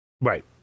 right